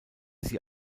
sie